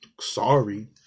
Sorry